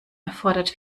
erfordert